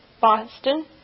Boston